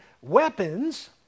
weapons